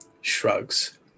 Shrugs